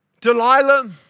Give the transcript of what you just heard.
Delilah